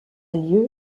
lieu